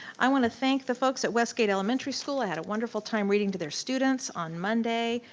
i want to thank the folks at westgate elementary school, i had a wonderful time reading to their students on monday.